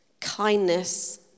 kindness